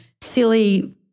silly